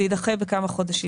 זה יידחה בכמה חודשים.